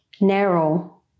narrow